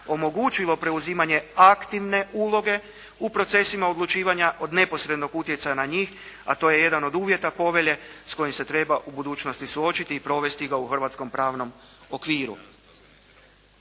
omogućilo preuzimanje aktivne uloge u procesima odlučivanja od neposrednog utjecaja na njih a to je jedan od uvjeta povelje s kojim se treba u budućnosti suočiti i provesti ga u hrvatskom pravnom okviru.